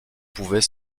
pouvaient